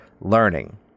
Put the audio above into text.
learning